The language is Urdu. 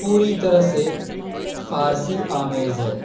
پوری طرح سے فارسی آمیز ہے